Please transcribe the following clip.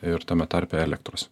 ir tame tarpe elektros